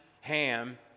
Ham